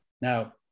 Now